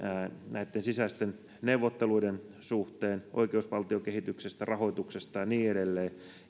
sisäisten neuvotteluiden suhteen oikeusvaltiokehityksestä rahoituksesta ja niin edelleen